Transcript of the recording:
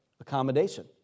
accommodation